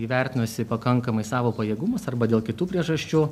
įvertinusi pakankamai savo pajėgumus arba dėl kitų priežasčių